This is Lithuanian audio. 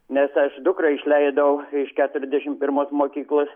nes aš dukrą išleidau iš keturiasdešim pirmos mokyklos